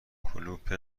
کلوپ